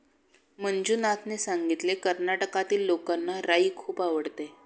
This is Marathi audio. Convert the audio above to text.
मंजुनाथने सांगितले, कर्नाटकातील लोकांना राई खूप आवडते